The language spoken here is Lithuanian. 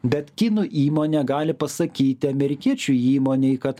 bet kinų įmonė gali pasakyti amerikiečių įmonei kad